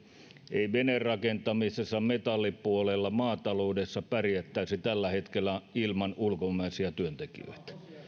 ei veneenrakentamisessa metallipuolella eikä maataloudessa pärjättäisi tällä hetkellä ilman ulkomaisia työntekijöitä